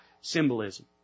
symbolism